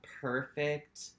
perfect